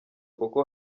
kuko